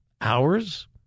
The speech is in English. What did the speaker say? Hours